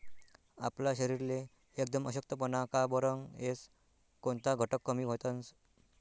आपला शरीरले एकदम अशक्तपणा का बरं येस? कोनता घटक कमी व्हतंस?